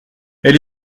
elle